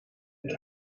het